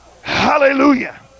Hallelujah